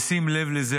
ושים לב לזה,